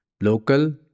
local